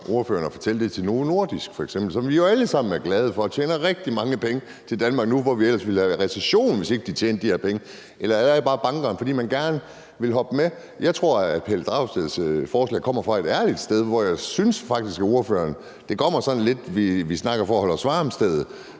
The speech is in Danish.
ordføreren så at fortælle det til f.eks. Novo Nordisk, som vi jo alle sammen er glade for tjener rigtig mange penge til Danmark nu, hvor vi ellers ville have recession, hvis ikke de tjente de her penge? Eller gælder det bare bankerne, fordi man gerne vil hoppe med på det? Jeg tror, at Pelle Dragsteds forslag kommer fra et ærligt sted, men jeg synes faktisk, at det, ordføreren siger, lidt kommer fra vi snakker for at holde os varme-stedet.